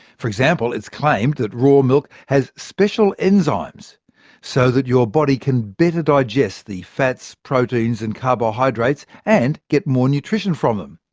for example, it's claimed that raw milk has special enzymes so that your body can better digest the fats, proteins and carbohydrates, and get more nutrition from them.